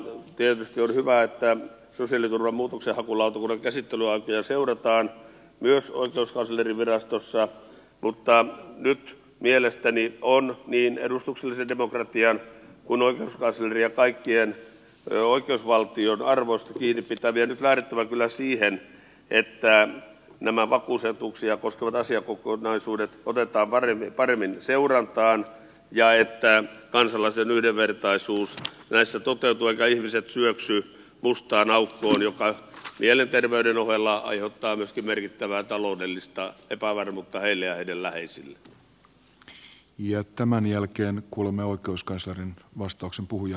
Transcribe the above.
tietysti on hyvä että sosiaaliturvan muutoksenhakulautakunnan käsittelyaikoja seurataan myös oikeuskanslerinvirastossa mutta nyt mielestäni on niin edustuksellisen demokratian kuin oikeuskanslerin ja kaikkien oikeusvaltion arvoista kiinni pitävien lähdettävä kyllä siitä että nämä vakuusetuuksia koskevat asiakokonaisuudet otetaan paremmin seurantaan ja että kansalaisten yhdenvertaisuus näissä toteutuu eivätkä ihmiset syöksy mustaan aukkoon joka mielenterveyden ohella aiheuttaa myöskin merkittävää taloudellista epävarmuutta heille ja tämän jälkeen me kuulumme on tuskaisen heidän läheisilleen